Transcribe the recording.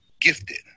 gifted